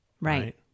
Right